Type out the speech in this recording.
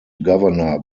governor